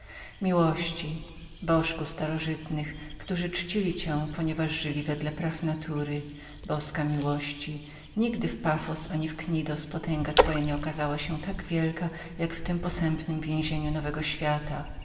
miłości bożku starożytnych którzy czcili cię ponieważ żyli wedle praw natury boska miłości nigdy w pafos ani w knidzie potęga twoja nie okazała się tak dzielną jak w tem posępnem więzieniu nowego świata